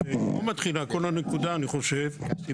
ואני חושב שפה מתחילה כל הנקודה,